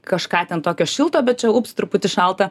kažką ten tokio šilto bet čia ups truputį šalta